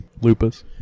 Lupus